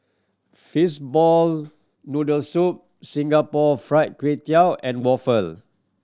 fishball noodle soup Singapore Fried Kway Tiao and waffle